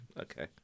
Okay